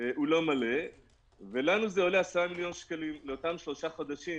הוא לא מלא ולנו זה עולה 10 מיליון שקלים לאותם שלושה חודשים